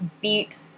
beat